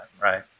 right